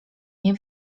nie